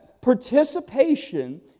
Participation